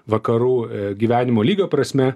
vakarų gyvenimo lygio prasme